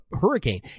hurricane